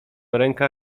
ręka